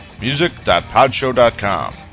music.podshow.com